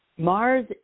mars